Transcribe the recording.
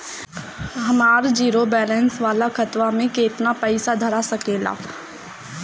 हमार zero balance वाला खतवा म केतना पईसा धरा सकेला?